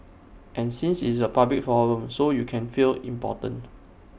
and since it's A public forum so you can feel important